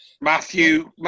matthew